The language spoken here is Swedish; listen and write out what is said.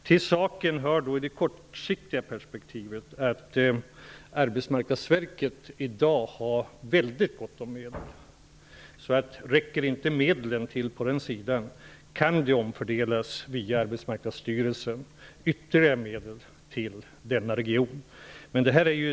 Till saken hör i det kortsiktiga perspektivet att Arbetsmarknadsverket i dag har mycket gott om medel. Om de där tillgängliga medlen inte räcker till, kan därför via Arbetsmarknadsstyrelsen ytterligare medel omfördelas till denna region.